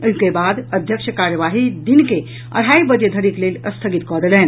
ओहि के बाद अध्यक्ष कार्यवाही दिन के अढाई बजे धरिक लेल स्थगित कऽ देलनि